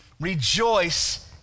Rejoice